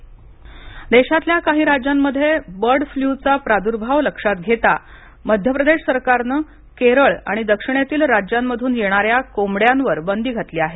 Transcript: bird flu देशातल्या काही राज्यांमध्ये बर्ड फ्ल्यूचा प्रादूर्भाव लक्षात घेता मध्य प्रदेश सरकारने केरळ आणि दक्षिणेतील राज्यांमधून येणाऱ्या कोंबड्यांवर बंदी घातली आहे